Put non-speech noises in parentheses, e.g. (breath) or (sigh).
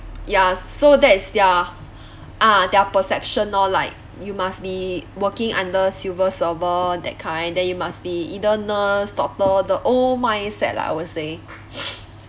ya so that is ya ah their perception lor like you must be working under civil servant that kind then you must be either nurse doctor the old mindset lah I would say (breath)